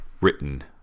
written